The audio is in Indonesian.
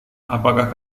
apakah